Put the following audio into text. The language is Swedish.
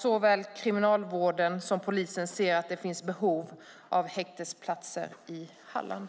Såväl Kriminalvården som polisen anser att det finns ett behov av häktesplatser i Halland.